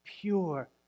pure